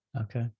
okay